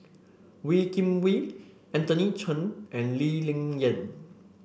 Wee Kim Wee Anthony Chen and Lee Ling Yen